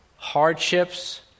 hardships